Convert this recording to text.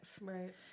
Right